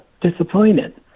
disappointed